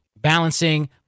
balancing